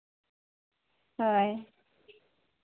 ᱦᱳᱭ